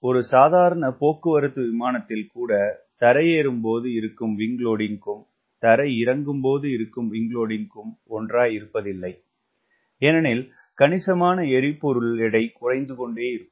ஒரு சாதாரண போக்குவரத்து விமானத்தில் கூட தரையேறும் போது இருக்கும் விங்க் லோடிங்கும் தரையிறங்கும் போது இருக்கும் விங்க் லோடிங்கும் ஒன்றாய் இருப்பதில்லை ஏனெனில் கணிசமான எரிபொருள் எடை குறைந்துகொண்டேயிருக்கும்